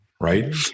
right